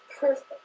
perfect